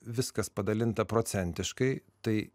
viskas padalinta procentiškai tai